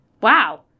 Wow